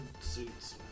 suits